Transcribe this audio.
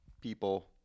people